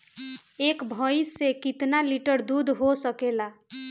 एक भइस से कितना लिटर दूध हो सकेला?